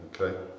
Okay